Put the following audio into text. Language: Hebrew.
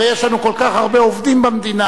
הרי יש לנו כל כך הרבה עובדים במדינה,